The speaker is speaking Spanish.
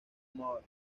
more